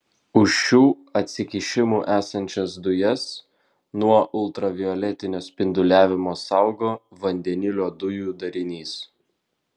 už šių atsikišimų esančias dujas nuo ultravioletinio spinduliavimo saugo vandenilio dujų darinys